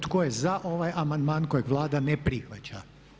Tko je za ovaj amandman kojeg Vlada ne prihvaća?